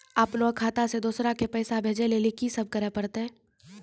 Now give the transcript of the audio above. अपनो खाता से दूसरा के पैसा भेजै लेली की सब करे परतै?